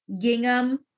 Gingham